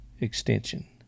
extension